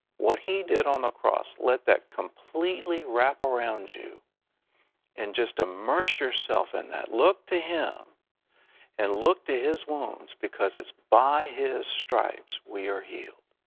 what he did on the cross, let that completely wrap around you and just immerse yourself in that. look to him and look to his wounds, because it's by his stripes we are healed.